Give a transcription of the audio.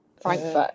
Frankfurt